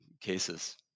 cases